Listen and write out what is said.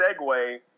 segue